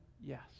Yes